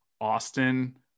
Austin